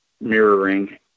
mirroring